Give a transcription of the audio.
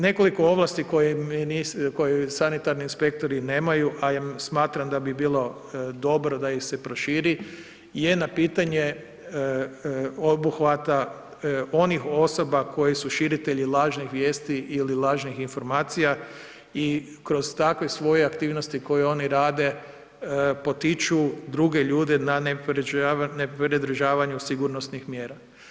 Nekoliko ovlasti koje sanitarni inspektori nemaju, a ja smatram da bi bilo dobro da ih se proširi je na pitanje obuhvata onih osoba koje su širitelji lažnih vijesti ili lažnih informacija i kroz takve svoje aktivnosti koje oni rade potiču druge ljude na nepridržavanje od sigurnosnih mjera.